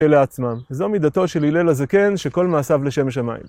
אלה עצמם. זו מידתו של הילל הזקן, שכל מעשיו לשם שמיים.